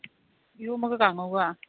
ꯏꯔꯣꯟꯕꯒ ꯀꯥꯡꯉꯧꯒ